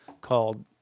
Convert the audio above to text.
called